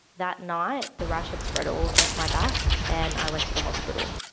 that night, the rash had spread all across my back and i went to the hospital.